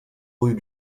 rue